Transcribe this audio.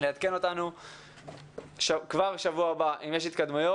לעדכן אותנו כבר בשבוע הבא אם יש התקדמות.